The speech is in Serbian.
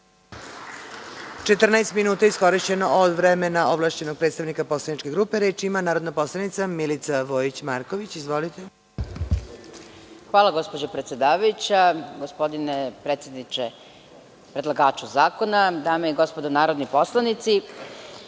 14 minuta od vremena ovlašćenog predstavnika poslaničke grupe. Reč ima narodni poslanik Milica Vojić Marković. **Milica Vojić-Marković** Gospodine predsedniče, predlagaču zakona, dame i gospodo narodni poslanici,